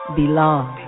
belong